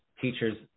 teachers